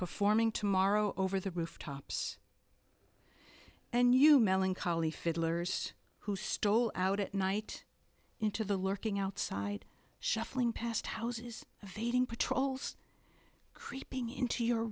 performing tomorrow over the rooftops and you melancholy fiddlers who stole out at night into the lurking outside shuffling past houses of fading patrols creeping into your